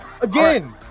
again